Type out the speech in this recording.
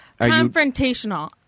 confrontational